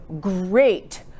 great